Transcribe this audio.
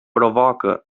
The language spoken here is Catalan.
provoca